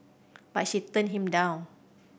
but she turned him down